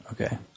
Okay